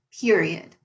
period